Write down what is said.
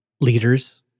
leaders